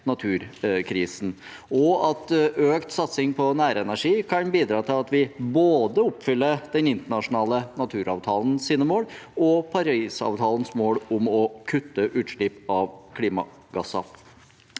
naturkrisen, og at økt satsing på nærenergi kan bidra til at vi oppfyller både den internasjonale naturavtalens mål og Parisavtalens mål om å kutte utslipp av klimagasser.